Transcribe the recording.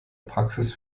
praxis